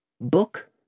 Book